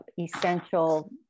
essential